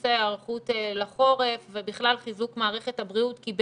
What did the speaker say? בנושא ההיערכות לחורף ובכלל חיזוק מערכת הבריאות כי,